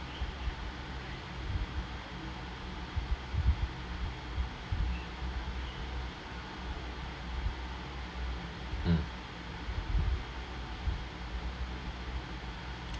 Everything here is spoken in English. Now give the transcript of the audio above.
um